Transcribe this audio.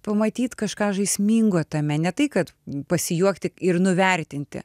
pamatyt kažką žaismingo tame ne tai kad pasijuokti ir nuvertinti